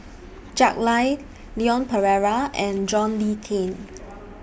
Jack Lai Leon Perera and John Le Cain